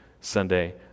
Sunday